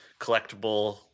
collectible